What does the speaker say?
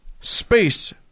space